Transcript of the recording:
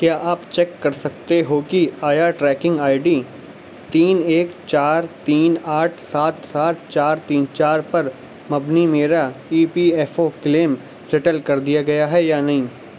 کیا آپ چیک کر سکتے ہو کہ آیا ٹریکنگ آئی ڈی تین ایک چار تین آٹھ سات سات چار تین چار پر مبنی میرا E P F O claim settle کر دیا گیا ہے یا نہیں